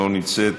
לא נמצאת,